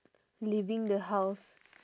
leaving the house